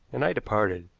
and i departed,